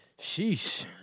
Sheesh